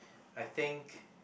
I think